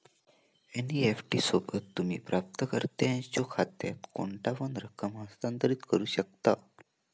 NEFT सोबत, तुम्ही प्राप्तकर्त्याच्यो खात्यात कोणतापण रक्कम हस्तांतरित करू शकता